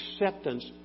acceptance